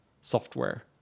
software